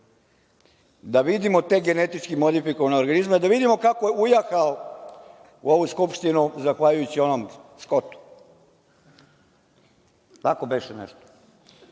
da vidimo te genetički modifikovane organizme, da vidimo kako je ujahao u ovu Skupštinu zahvaljujući onom Skotu, tako nešto